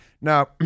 Now